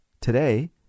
today